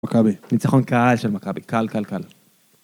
מכבי ניצחון קל של מכבי קל קל קל.